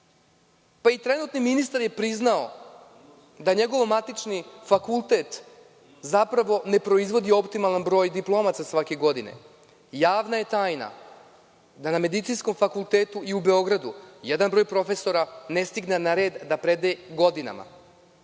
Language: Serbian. Pa i trenutni ministar je priznao da njegov matični fakultet zapravo ne proizvodi optimalan broj diplomaca svake godine. Javna je tajna da na Medicinskom fakultetu i u Beogradu jedan broj profesora ne stigne na red da predaje godinama.